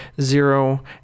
zero